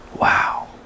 Wow